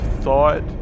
thought